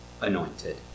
anointed